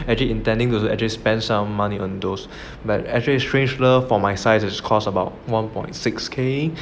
I'm actually intending to spend some money on those but actually it's strangelove for my size it's cost about one point six k